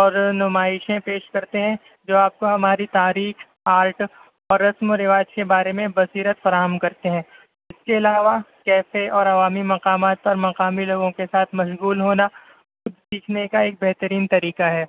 اور نمائشیں پیش کرتے ہیں جو آپ کو ہماری تاریخ آرٹ اور رسم و رواج کے بارے میں بصیرت فراہم کرتے ہیں اس کے علاوہ کیسے اور عوامی مقامات پر مقامی لوگوں کے ساتھ مشغول ہونا سیکھنے کا ایک بہترین طریقہ ہے